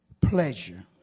Pleasure